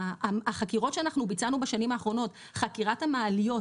החקירות שאנחנו ביצענו בשנים האחרונות חקירת המעליות,